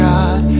God